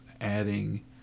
adding